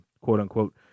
quote-unquote